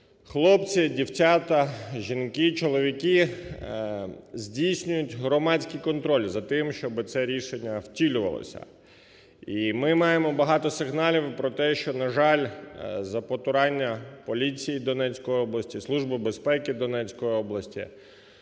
хлопці, дівчата, жінки, чоловіки здійснюють громадський контроль за тим, щоб це рішення втілювалося. І ми маємо багато сигналів про те, що, на жаль, за потурання поліції Донецької області, Служби безпеки Донецької області